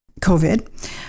covid